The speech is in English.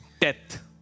death